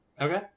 Okay